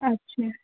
اچھا